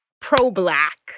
pro-black